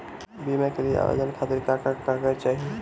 बीमा के लिए आवेदन खातिर का का कागज चाहि?